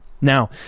Now